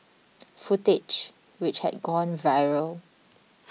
footage which had gone viral